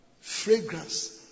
fragrance